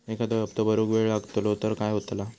एखादो हप्तो भरुक वेळ लागलो तर काय होतला?